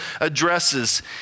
addresses